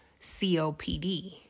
COPD